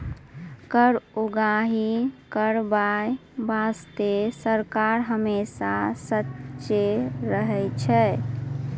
कर उगाही करबाय बासतें सरकार हमेसा सचेत रहै छै